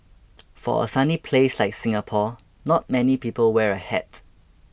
for a sunny place like Singapore not many people wear a hat